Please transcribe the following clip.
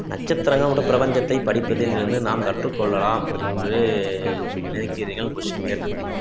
நட்சத்திரங்களோடய பிரபஞ்சத்தை படிப்பதிலிருந்து நாம் கற்றுக்கொள்ளலாம் என்று நினைக்கிறீர்கள்ன்னு கொஷின் கேட்டுறிக்குறீங்க என்ன